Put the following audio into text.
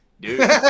dude